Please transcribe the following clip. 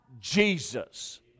Jesus